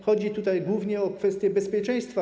Chodzi tutaj głównie o kwestie bezpieczeństwa.